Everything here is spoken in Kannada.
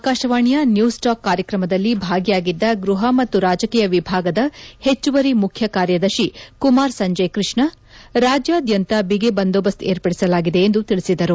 ಆಕಾಶವಾಣಿಯ ನ್ಯೂಸ್ ಟಾಕ್ ಕಾರ್ಯಕ್ರಮದಲ್ಲಿ ಭಾಗಿಯಾಗಿದ್ದ ಗೃಹ ಮತ್ತು ರಾಜಕೀಯ ವಿಭಾಗದ ಹೆಚ್ಚುವರಿ ಮುಖ್ಯ ಕಾರ್ಯದರ್ಶಿ ಕುಮಾರ್ ಸಂಜಯ್ ಕೃಷ್ಣ ರಾಜ್ಯದಾದ್ಯಂತ ಬಿಗಿ ಬಂದೋಬಸ್ತ್ ಏರ್ಪದಿಸಲಾಗಿದೆ ಎಂದು ತಿಳಿಸಿದರು